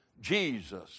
Jesus